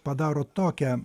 padaro tokią